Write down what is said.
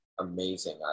amazing